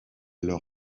leur